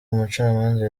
umucamanza